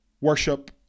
Worship